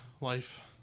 Life